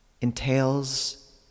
entails